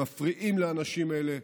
שמפריעים לאנשים האלה,